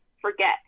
forget